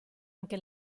anche